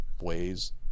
ways